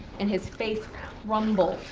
and his face crumbled.